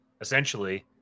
essentially